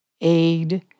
aid